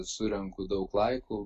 surenku daug laikų